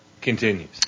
continues